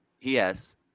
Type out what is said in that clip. Yes